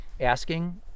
asking